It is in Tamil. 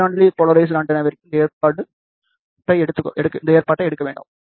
ஹாரிசாண்டல்லி போலாரிஸிட் ஆண்டெனாவிற்கு இந்த ஏற்பாட்டை எடுக்க வேண்டாம்